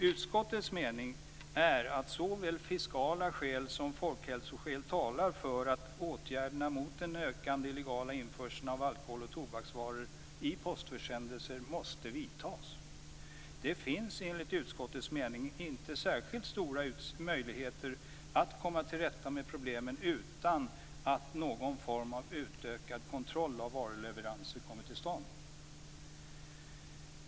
Utskottets mening är att såväl fiskala skäl som folkhälsoskäl talar för att åtgärderna mot den ökande illegala införseln av alkohol och tobaksvaror i postförsändelser måste vidtas. Det finns, enligt utskottets mening, inte särskilt stora möjligheter att komma till rätta med problemen utan att någon form av utökad kontroll av varuleveranser kommer till stånd.